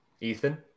Ethan